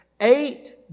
Eight